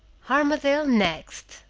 armadale next!